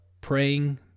praying